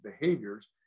behaviors